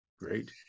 Great